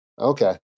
Okay